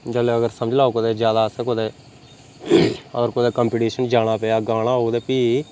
जेल्लै अगर समझी लैओ कुदै ज्यादा असें कुतै होर कुतै कंपिटीशन जाना पेआ गाना होग ते फ्ही